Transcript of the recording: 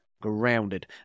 grounded